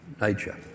nature